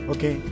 Okay